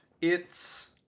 it's-